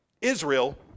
Israel